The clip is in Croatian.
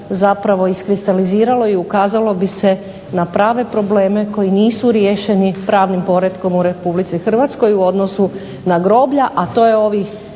zapravo iskristaliziralo i ukazalo bi se na prave probleme koji nisu riješeni pravnim poretkom u Republici Hrvatskoj u odnosu na groblja, a to je ne